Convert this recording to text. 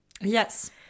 yes